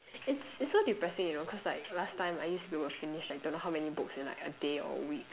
it's it's so depressing you know cos like last time I used to finish like don't know how many books in like a day or a week